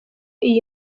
iyi